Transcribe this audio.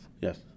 Yes